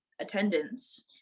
attendance